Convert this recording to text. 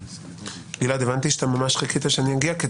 גלעד, הבנתי שממש חיכית שאני אגיע.